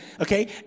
okay